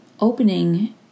opening